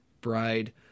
bride